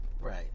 Right